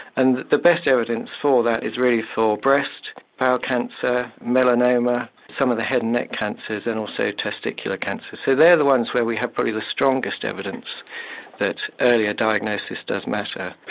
and the best evidence for that is really for breast, bowel cancer, melanoma, some of the head and neck cancers and also testicular cancer. so they are the ones where we have probably the strongest evidence that earlier diagnosis does matter.